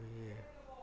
ଆଉ